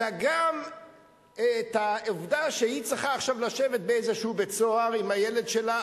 אלא גם את העובדה שהיא צריכה עכשיו לשבת באיזשהו בית-סוהר עם הילד שלה,